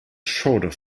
shorter